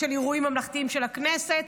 אירועים ממלכתיים, של הכנסת.